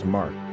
Mark